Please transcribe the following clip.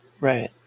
Right